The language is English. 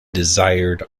desired